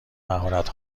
مهارت